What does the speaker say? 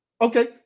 Okay